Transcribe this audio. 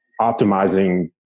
optimizing